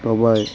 Dubai